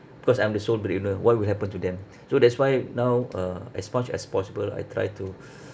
because I'm the sole breadwinner what will happen to them so that's why now uh as much as possible I try to